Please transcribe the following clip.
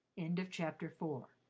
end of chapter four